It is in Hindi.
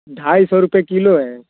ढाई सौ रुपये किलो है